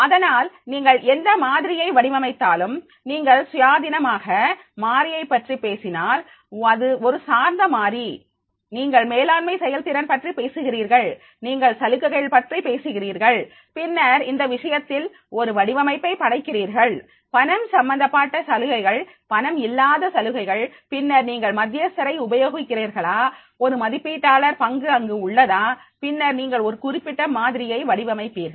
அதனால் நீங்கள் எந்த மாதிரியை வடிவமைத்தாலும்நீங்கள் சுயாதீனமான மாறியை பற்றி பேசினால் ஒரு சார்ந்த மாறி நீங்கள் மேலாண்மை செயல்திறன் பற்றி பேசுகிறீர்கள் நீங்கள் சலுகைகள் பற்றி பேசுகிறீர்கள் பின்னர் இந்த விஷயத்தில் ஒரு வடிவமைப்பை படைக்கிறீர்கள் பணம் சம்பந்தப்பட்ட சலுகைகள் பணம் இல்லாத சலுகைகள் பின்னர் நீங்கள் மத்தியஸ்தரை உபயோகிக்கிறீர்களா ஒரு மதிப்பீட்டாளர் பங்கு அங்கு உள்ளதா பின்னர் நீங்கள் ஒரு குறிப்பிட்ட மாதிரியை வடிவமைப்பீர்கள்